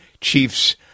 chiefs